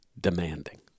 demanding